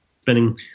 spending